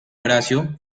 horacio